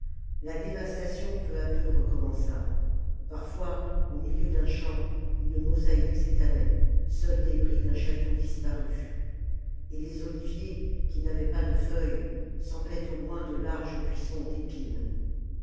la dévastation peu à peu recommença parfois au miheu d'un champ une mosaïque s'étalait seul débris d'un château disparu et les oliviers qui n'avaient pas de feuilles semblaient au loin de larges buissons d'épines